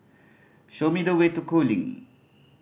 show me the way to Cooling